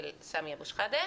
של סמי אבו שחאדה,